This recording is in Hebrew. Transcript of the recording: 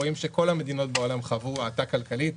רואים שכל המדינות בעולם חוו האטה כלכלית,